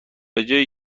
جایی